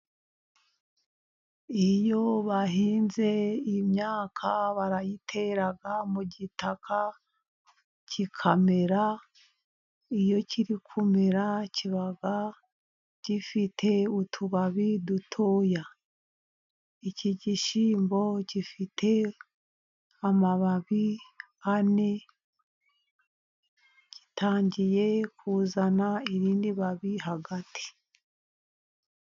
Iyo bahinze Imyaka barayitera mu gitaka ikamera. Iyo kiri kumera kiba gifite utubabi dutoya. Iki gishyimbo gifite amababi ane, gitangiye kuzana irindi babi hagati.